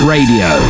Radio